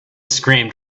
screamed